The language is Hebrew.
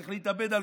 צריך להתאבד על,